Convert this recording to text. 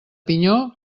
pinyó